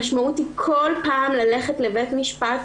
המשמעות היא בכל פעם ללכת לבית משפט,